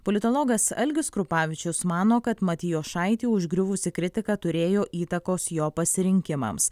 politologas algis krupavičius mano kad matijošaitį užgriuvusi kritika turėjo įtakos jo pasirinkimams